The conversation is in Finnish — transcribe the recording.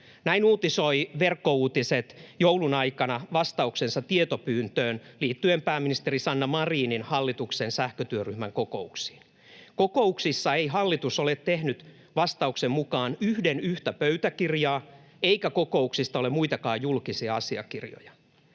Näin uutisoi Verkkouutiset joulun aikana vastauksensa tietopyyntöön liittyen pääministeri Sanna Marinin hallituksen sähkötyöryhmän kokouksiin. Kokouksista ei hallitus ole tehnyt vastauksen mukaan yhden yhtä pöytäkirjaa, eikä kokouksista ole muitakaan julkisia asiakirjoja.